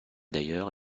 d’ailleurs